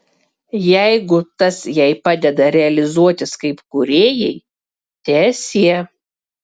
jeigu tas jai padeda realizuotis kaip kūrėjai teesie